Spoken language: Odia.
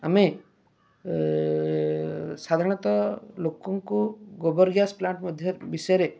ଆମେ ସାଧାରଣତଃ ଲୋକଙ୍କୁ ଗୋବର ଗ୍ୟାସ୍ ପ୍ଲାଣ୍ଟ୍ ମଧ୍ୟ ବିଷୟରେ